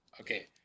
okay